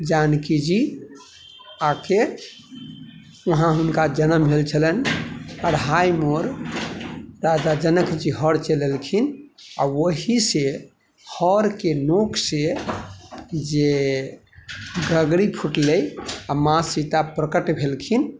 जानकी जी आके वहाँ हुनका जनम भेल छलनि आओर हाइमे राजा जनक जी हर चलेलखिन आओर वहीसँ हरके नोकसँ जे गगरी फूटलै आओर माँ सीता प्रकट भेलखिन